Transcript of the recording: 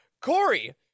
Corey